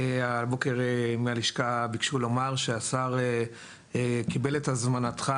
הבוקר מהלשכה ביקשו לומר שהשר קיבל את הזמנתך